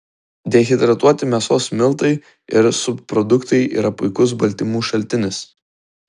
dehidratuoti mėsos miltai ir subproduktai yra puikus baltymų šaltinis